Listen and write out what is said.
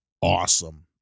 awesome